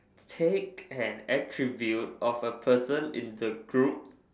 take an attribute of a person in the group